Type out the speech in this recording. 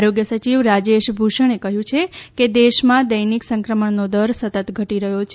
આરોગ્ય સચિવ રાજેશ ભુષણે કહયું છે કે દેશમાં દૈનિક સંક્રમણનો દર સતત ઘટી રહયો છે